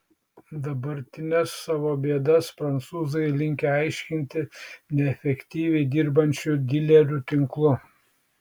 dabartines savo bėdas prancūzai linkę aiškinti neefektyviai dirbančiu dilerių tinklu